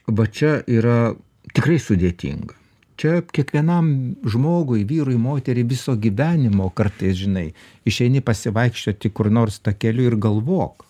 va čia yra tikrai sudėtinga čia kiekvienam žmogui vyrui moteriai viso gyvenimo kartais žinai išeini pasivaikščioti kur nors takeliu ir galvok